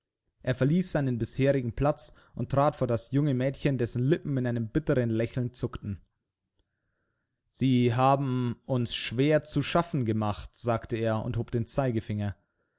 er verließ seinen bisherigen platz und trat vor das junge mädchen dessen lippen in einem bitteren lächeln zuckten sie haben uns schwer zu schaffen gemacht sagte er und hob den zeigefinger